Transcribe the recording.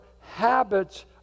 habits